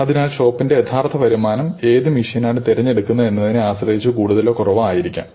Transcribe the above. അതിനാൽ ഷോപ്പിന്റെ യഥാർത്ഥ വരുമാനം ഏത് മെഷിനാണ് തിരഞ്ഞെടുക്കുന്നത് എന്നതിനെ ആശ്രയിച്ച് കൂടുതലോ കുറവോ ആയിരിക്കാം